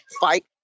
fight